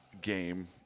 game